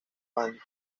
panic